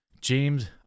James